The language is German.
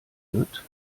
wird